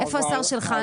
איפה השר שלך?